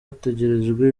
hategerejwe